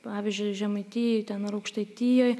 pavyzdžiui žemaitijoj ten ar aukštaitijoj